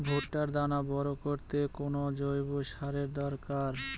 ভুট্টার দানা বড় করতে কোন জৈব সারের দরকার?